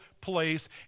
place